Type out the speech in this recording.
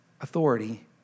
authority